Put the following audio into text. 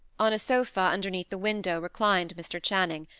on a sofa, underneath the window, reclined mr. channing,